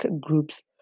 groups